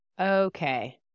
Okay